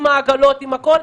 עם העגלות והכול?